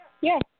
Yes